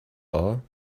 are